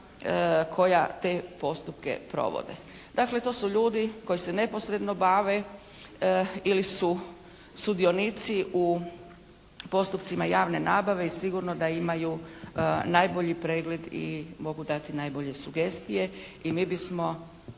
koja te postupke provode. Dakle to su ljudi koji se neposredno bave ili su sudionici u postupcima javne nabave. I sigurno da imaju najbolji pregled i mogu dati najbolje sugestije. I mi bismo,